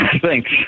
Thanks